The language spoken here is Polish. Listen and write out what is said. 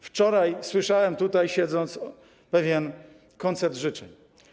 Wczoraj słyszałem, tutaj siedząc, pewien koncert życzeń.